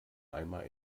einmal